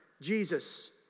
Jesus